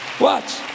watch